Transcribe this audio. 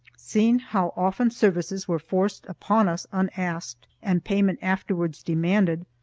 seeing how often services were forced upon us unasked and payment afterwards demanded,